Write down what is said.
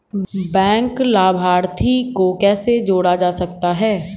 Bank लाभार्थी को कैसे जोड़ा जा सकता है?